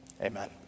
amen